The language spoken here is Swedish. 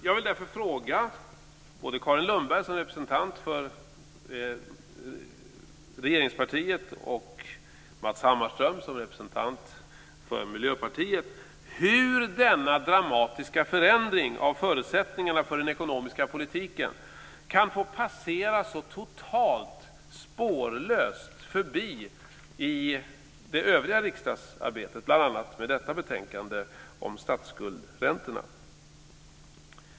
Jag vill därför fråga Carin Lundberg som representant för regeringspartiet och Matz Hammarström som representant för Miljöpartiet hur denna dramatiska förändring av förutsättningarna för den ekonomiska politiken kan få passera så totalt spårlöst förbi i det övriga riksdagsarbetet, bl.a. med detta betänkande om statsskuldsräntorna.